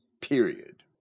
period